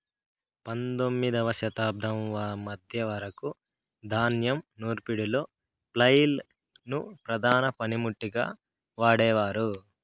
పందొమ్మిదవ శతాబ్దం మధ్య వరకు ధాన్యం నూర్పిడిలో ఫ్లైల్ ను ప్రధాన పనిముట్టుగా వాడేవారు